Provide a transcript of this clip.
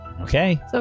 okay